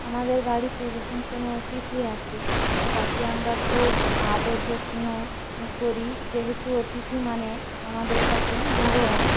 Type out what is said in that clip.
আমাদের বাড়িতে যখন কোনো অতিথি আসে তাকে আমরা খুব আদর যত্ন করি যেহেতু অতিথি মানে আমাদের কাছে ভগবান